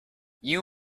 you